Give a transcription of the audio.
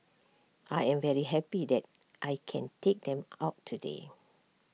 I'm very happy that I can take them out today